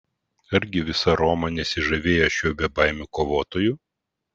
argi visa roma nesižavėjo šiuo bebaimiu kovotoju